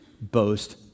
boast